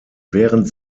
während